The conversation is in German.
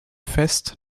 fest